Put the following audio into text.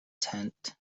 tent